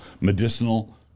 medicinal